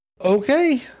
Okay